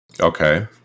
Okay